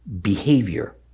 behavior